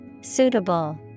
Suitable